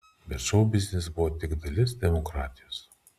bet šou biznis buvo tik dalis demokratijos